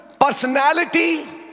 personality